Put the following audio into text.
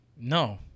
No